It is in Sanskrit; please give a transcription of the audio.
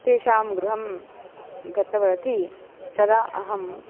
तेषां गृहं गतवती तदा अहं